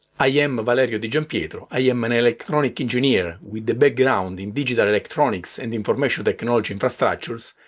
i am ah valerio di giampietro, i am an electronic engineer with a background in digital electronics and information technology infrastructures.